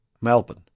Melbourne